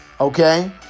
okay